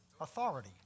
Authority